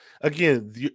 again